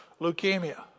leukemia